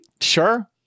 Sure